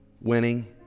Winning